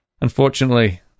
Unfortunately